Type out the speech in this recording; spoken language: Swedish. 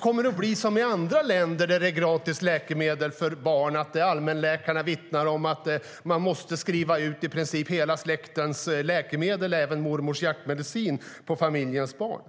Kommer det att bli som i andra länder där det är gratis läkemedel för barn? Där vittnar allmänläkarna om att de måste skriva ut i princip hela släktens läkemedel, även mormors hjärtmedicin, till familjens barn.